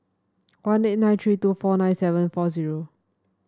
one eight nine three two four nine seven four zero